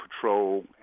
patrol